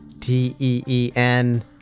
T-E-E-N